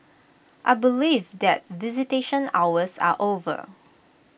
I believe that visitation hours are over